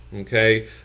okay